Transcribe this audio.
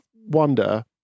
wonder